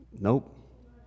nope